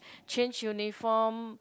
change uniform